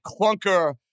clunker